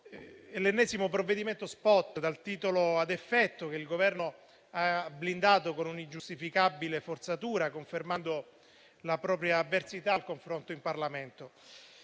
è l'ennesimo provvedimento *spot* dal titolo ad effetto che il Governo ha blindato con un'ingiustificabile forzatura, confermando la propria avversità al confronto in Parlamento.